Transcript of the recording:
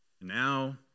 Now